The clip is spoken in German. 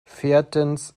viertens